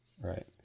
Right